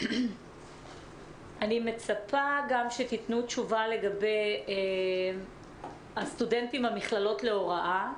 אני מצפה גם שתיתנו תשובה לגבי הסטודנטים במכללות להוראה,